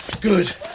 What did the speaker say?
Good